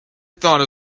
thought